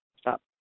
stop